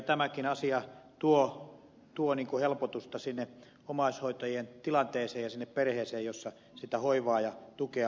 tämäkin asia tuo helpotusta omaishoitajien tilanteeseen ja siihen perheeseen jossa sitä hoivaa ja tukea läheltä tarvitaan